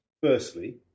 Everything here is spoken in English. Firstly